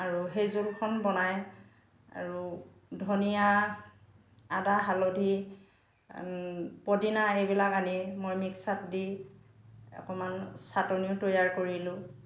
আৰু সেই জোলখন বনাই আৰু ধনীয়া আদা হালধি পদিনা এইবিলাক আনি মই মিক্সাত দি অকণমান চাটনিও তৈয়াৰ কৰিলোঁ